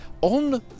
on